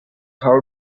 how